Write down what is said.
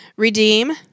Redeem